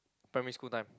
primary school time